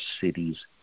cities